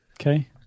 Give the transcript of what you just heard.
Okay